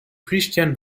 christian